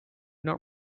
not